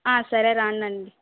సరే రానండి